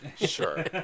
Sure